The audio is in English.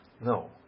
No